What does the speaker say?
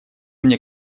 мне